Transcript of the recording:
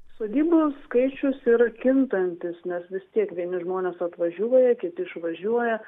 sodybų skaičius yra kintantis nes vis tiek vieni žmonės atvažiuoja kiti išvažiuoja